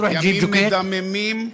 ימים מדממים,